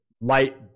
light